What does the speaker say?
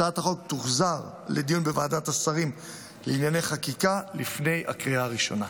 הצעת החוק תוחזר לדיון בוועדת השרים לענייני חקיקה לפני הקריאה הראשונה.